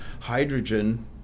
Hydrogen